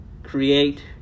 Create